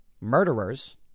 murderers